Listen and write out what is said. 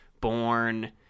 born